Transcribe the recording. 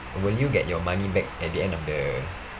will you get your money back at the end of the